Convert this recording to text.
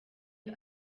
aba